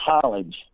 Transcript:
college